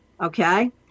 Okay